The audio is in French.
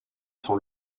son